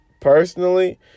personally